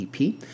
EP